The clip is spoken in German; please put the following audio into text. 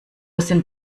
sind